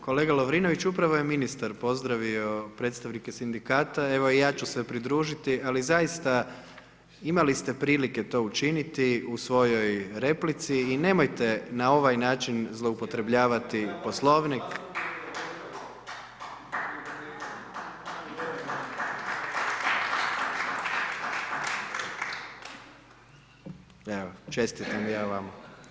Kolega Lovirnović, upravo je ministar pozdravio predstavnike sindikata evo i ja ću se pridružiti, ali zaista imali ste prilike to učiniti, u svojoj replici i nemojte na ovaj način zloupotrebljavati poslovnik. … Evo, čestitam ja vama.